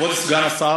ראש הממשלה הזה